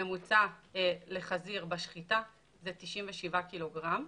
ממוצע לחזיר בשחיטה זה 97 ק"ג,